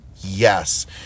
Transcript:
yes